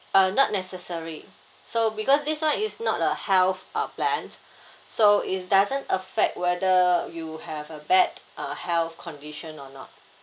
uh not necessary so because this one is not a health uh plan so it doesn't affect whether you have a bad uh health condition or not